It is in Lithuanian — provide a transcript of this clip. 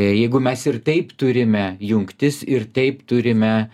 jeigu mes ir taip turime jungtis ir taip turime